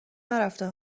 نرفته